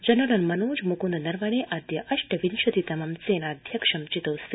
general Manoj Mukund Naravane अद्य अष्टविंशति तमं सेनाध्यक्ष चितोऽस्ति